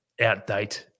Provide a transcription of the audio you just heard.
outdate